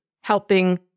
helping